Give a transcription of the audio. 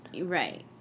Right